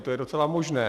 To je docela možné.